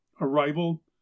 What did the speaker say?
arrival